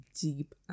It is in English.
deep